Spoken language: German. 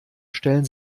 stellen